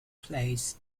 plays